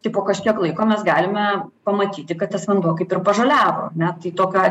tai po kažkiek laiko mes galime pamatyti kad tas vanduo kaip ir pažaliavo ar ne tai tokiu atveju